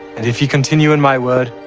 and if ye continue in my word,